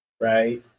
right